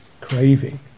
craving